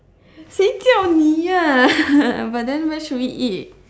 谁叫你啊 but then where should we eat